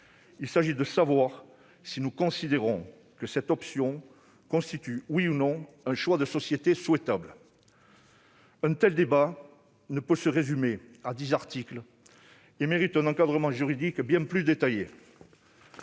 il s'agit de savoir si nous considérons qu'une telle option constitue, ou non, un choix de société souhaitable. Un tel débat ne peut pas se résumer en dix articles. Un encadrement juridique bien plus détaillé